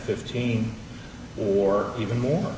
fifteen or even more